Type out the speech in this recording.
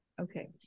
Okay